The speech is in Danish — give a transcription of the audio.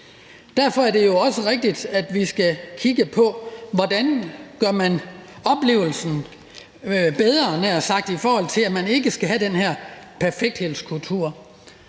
Derfor er det jo også rigtigt, at vi skal kigge på, hvordan man gør oplevelsen bedre, havde jeg nær sagt, i forhold til at man ikke skal have den her perfekthedskultur.